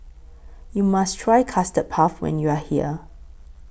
YOU must Try Custard Puff when YOU Are here